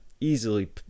easily